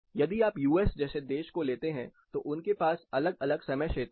यदि आप US जैसे देश काे लेते हैं तो उनके पास अलग अलग समय क्षेत्र है